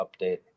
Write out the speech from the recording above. update